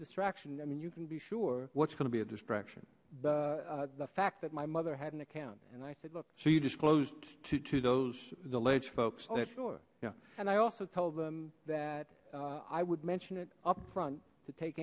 distraction then you can be sure what's gonna be a distraction the the fact that my mother had an account and i said look you disclosed to to those the ledge folks sure yeah and i also told them that i would mention it up front to take